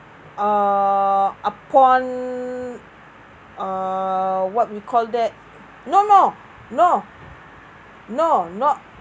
uh upon err what we call that no no no no not